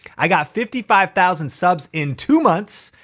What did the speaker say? i got fifty five thousand subs in two months,